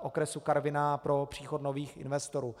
okresu Karviná pro příchod nových investorů.